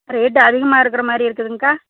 rate அதிகமாக இருக்கிற மாதிரி இருக்குதுங்க்கா